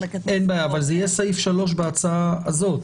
אין בעיה, אבל זה יהיה סעיף 3 בהצעה הזו.